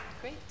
Great